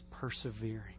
persevering